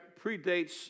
predates